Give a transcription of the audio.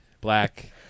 black